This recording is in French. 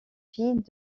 fille